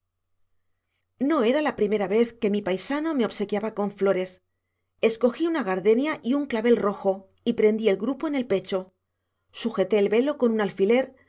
no era la primera vez que mi paisano me obsequiaba con flores escogí una gardenia y un clavel rojo y prendí el grupo en el pecho sujeté el velo con un alfiler